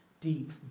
deep